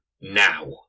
now